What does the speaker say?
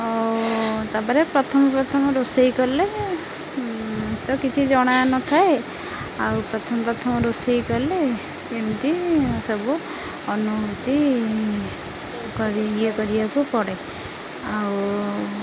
ଆଉ ତାପରେ ପ୍ରଥମ ପ୍ରଥମ ରୋଷେଇ କଲେ ତ କିଛି ଜଣା ନଥାଏ ଆଉ ପ୍ରଥମ ପ୍ରଥମ ରୋଷେଇ କଲେ ଏମିତି ସବୁ ଅନୁଭୂତି ଇଏ କରିବାକୁ ପଡ଼େ ଆଉ